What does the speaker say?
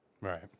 Right